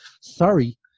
sorry